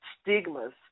stigmas